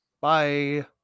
Bye